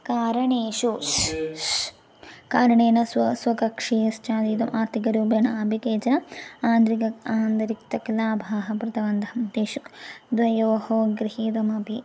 कारणेषु कारणेन स्व स्वकक्षा साधयितुम् आर्थिकरूपेण अपि केचन आन्तरिक आन्तरिक्तकलाभाः कृतवन्तः तेषु द्वयोः गृहीतमपि